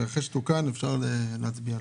אחרי שתוקן, אפשר להצביע.